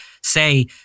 say